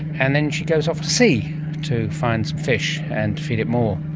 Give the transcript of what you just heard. and then she goes off to sea to find some fish and feed it more.